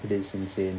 it is insane